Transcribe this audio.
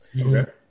Okay